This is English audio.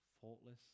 faultless